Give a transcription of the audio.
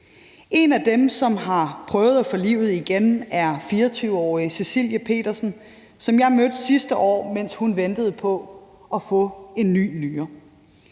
En af dem, som har prøvet at få livet igen, er 24-årige Cecilia Petersen, som jeg mødte sidste år, mens hun ventede på at få en ny nyre.